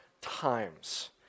times